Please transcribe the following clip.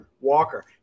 Walker